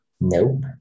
Nope